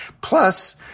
Plus